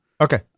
Okay